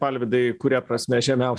alvydai kuria prasme žemiausia